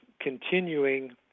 continuing